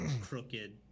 crooked